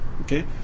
okay